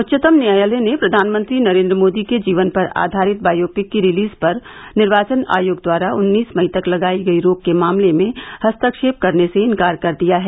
उच्चतम न्यायालय ने प्रधानमंत्री नरेन्द्र मोदी के जीवन पर आधारित बायोपिक के रिलीज पर निर्वाचन आयोग द्वारा उन्नीस मई तक लगाई गई रोक के मामले में हस्तक्षेप करने से इंकार कर दिया है